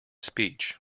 speech